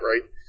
right